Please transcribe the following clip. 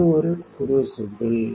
இது ஒரு க்ரூசிபிள்